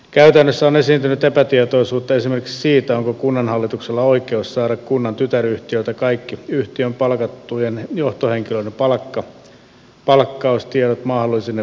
käytännössä on esiintynyt epätietoisuutta esimerkiksi siitä onko kunnanhallituksella oikeus saada kunnan tytäryhtiöltä kaikki yhtiön palkattujen johtohenkilöiden palkkaustiedot mahdollisine bonus eläke ynnä muuta